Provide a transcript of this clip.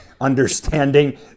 understanding